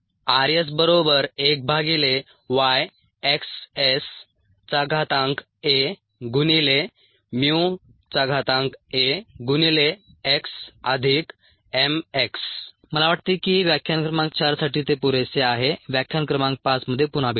rS1YxSAAxmx मला वाटते की व्याख्यान क्रमांक 4 साठी ते पुरेसे आहे व्याख्यान क्रमांक 5 मध्ये पुन्हा भेटूया